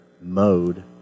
mode